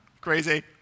Crazy